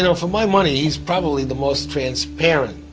and for my money he's probably the most transparent